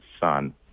son